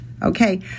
Okay